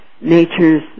nature's